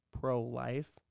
pro-life